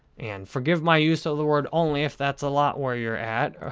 and forgive my use of the word only if that's a lot where you're at, ah